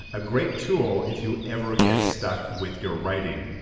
a great tool if you ever get stuck with your writing.